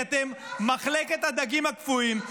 כי אתם מחלקת הדגים הקפואים.